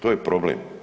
To je problem.